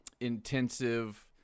intensive